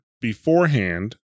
beforehand